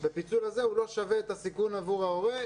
בפיצול הזה הוא לא שווה את הסיכון עבור ההורים,